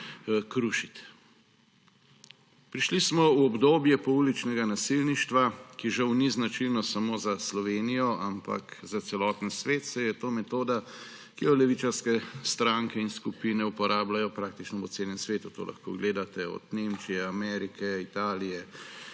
krušiti. Prišli smo v obdobje pouličnega nasilništva, ki žal ni značilno samo za Slovenijo, ampak za celoten svet, saj je to metoda, ki jo levičarske stranke in skupine uporabljajo praktično po celem svetu, to lahko gledate od Nemčije, Amerike, Italije.